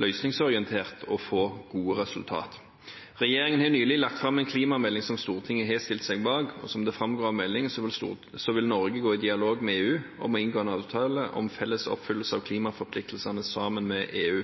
løsningsorienterte og få gode resultater. Regjeringen har nylig lagt fram en klimamelding som Stortinget har stilt seg bak. Som det framgår av meldingen, vil Norge gå i dialog med EU om å inngå en avtale om felles oppfyllelse av klimaforpliktelsene sammen med EU